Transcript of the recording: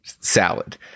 salad